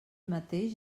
mateix